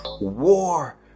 war